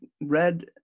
read